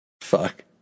Fuck